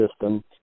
system